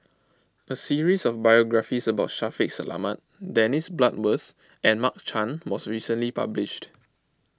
a series of biographies about Shaffiq Selamat Dennis Bloodworth and Mark Chan was recently published